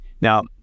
Now